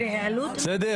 אין.